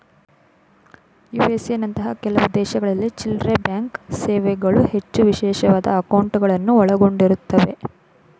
USA ನಂತಹ ಕೆಲವು ದೇಶಗಳಲ್ಲಿ ಚಿಲ್ಲ್ರೆಬ್ಯಾಂಕ್ ಸೇವೆಗಳು ಹೆಚ್ಚು ವಿಶೇಷವಾದ ಅಂಕೌಟ್ಗಳುನ್ನ ಒಳಗೊಂಡಿರುತ್ತವೆ